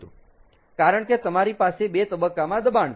કારણ કે તમારી પાસે 2 તબક્કામાં દબાણ છે